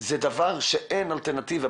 זה דבר שאין אלטרנטיבה,